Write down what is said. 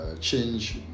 change